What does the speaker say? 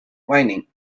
whinnying